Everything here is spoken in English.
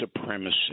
supremacy